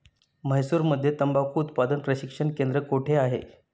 म्हैसूरमध्ये तंबाखू उत्पादन प्रशिक्षण केंद्र कोठे आहे?